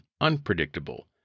unpredictable